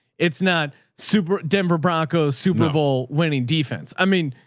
it's not super denver broncos, super bowl, winning defense. i mean,